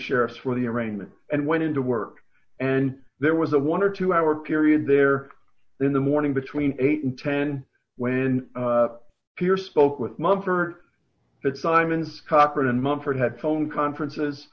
sheriffs for the arraignment and went into work and there was a one or two hour period there in the morning between eight and ten when pierce spoke with mumford that simon's cochran and mumford had phone conferences